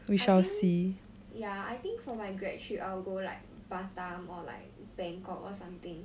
I think ya I think for my grad trip I'll go like batam or like bangkok or something